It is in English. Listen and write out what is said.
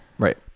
Right